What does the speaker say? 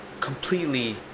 completely